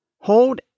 Hold